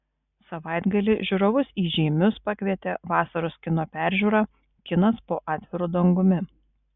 savaitgalį žiūrovus į žeimius pakvietė vasaros kino peržiūra kinas po atviru dangumi